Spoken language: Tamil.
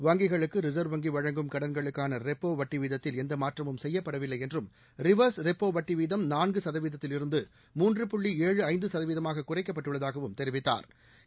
வங்கிகளுக்கு ரிச்வ் வங்கி வழங்கும் கடன்களுக்கான ரெப்போ வட்டி வீதத்தில் எந்த மாற்றமும் செய்யப்படவில்லை என்றும் ரிவர்ஸ் ரெப்போ வட்டி வீதம் நான்கு சதவீதத்தில் இருந்து மூன்று புள்ளி ஏழு ஐந்து சதவீதமாக குறைக்கப்பட்டுள்ளதாகவும் தெரிவித்தாா்